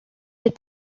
est